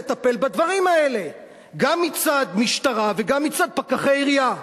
לטפל בדברים האלה: גם מצד משטרה וגם מצד פקחי עירייה.